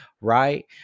right